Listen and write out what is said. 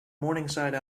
morningside